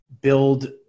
build